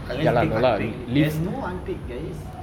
unless take unpaid lea~ there is no unpaid there is